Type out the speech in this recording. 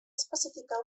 especificar